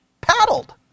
paddled